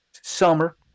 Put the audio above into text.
summer